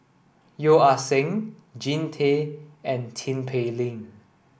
Yeo Ah Seng Jean Tay and Tin Pei Ling